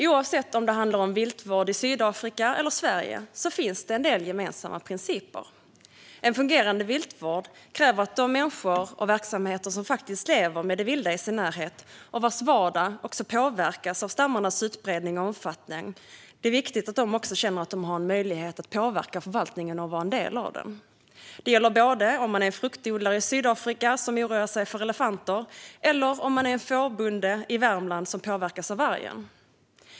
Oavsett om det handlar om viltvård i Sydafrika eller i Sverige finns det en del gemensamma principer. En fungerande viltvård kräver att de människor och verksamheter som faktiskt lever med det vilda i sin närhet och vars vardag påverkas av stammarnas utbredning och omfattning också känner att de har en möjlighet att påverka förvaltningen och kan vara en del av den. Det gäller både om man är fruktodlare i Sydafrika och oroar sig för elefanter och om man är fårbonde i Värmland och påverkas av vargen.